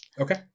Okay